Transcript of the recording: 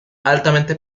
altamente